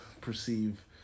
perceive